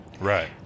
Right